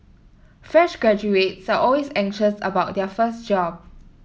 fresh graduates are always anxious about their first job